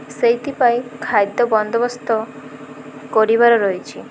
ସେଇଥିପାଇଁ ଖାଦ୍ୟ ବନ୍ଦୋବସ୍ତ କରିବାର ରହିଛି